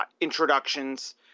introductions